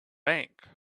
bank